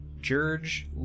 George